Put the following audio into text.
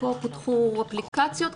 פה פותחו אפליקציות,